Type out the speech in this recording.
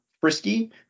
frisky